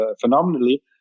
phenomenally